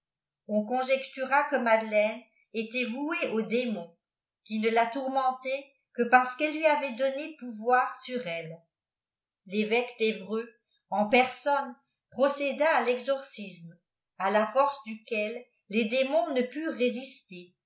on conjectura que madeleine était vouée au démon qui ne la tourmentait que parce qu'elle lui avait donné pouvoir sur elle l'évêque d'evreux r n personne procéda ii l'exorcisme à la force duquel les démons ne purent résister